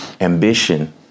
ambition